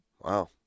Wow